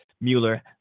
Mueller